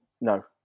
No